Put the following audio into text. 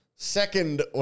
Second